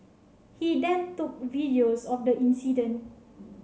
he then took videos of the incident